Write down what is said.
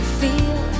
feel